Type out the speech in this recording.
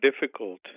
difficult